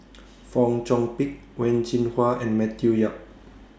Fong Chong Pik Wen Jinhua and Matthew Yap